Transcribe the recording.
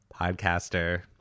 podcaster